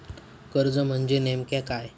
कर्ज म्हणजे नेमक्या काय?